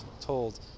told